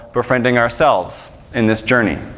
befriending ourselves in this journey.